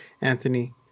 Anthony